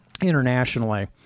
internationally